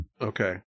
Okay